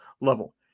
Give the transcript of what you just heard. level